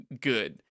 good